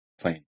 plain